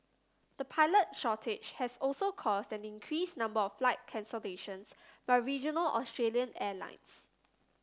the pilot shortage has also caused that an increased number of flight cancellations by regional Australian airlines